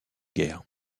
guerre